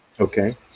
Okay